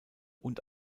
und